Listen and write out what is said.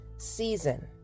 season